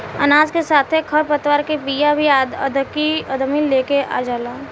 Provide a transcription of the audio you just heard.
अनाज के साथे खर पतवार के बिया भी अदमी लेके आ जाला